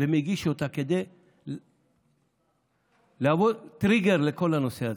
ומגיש אותה כדי להוות טריגר לכל הנושא הזה.